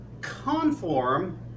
conform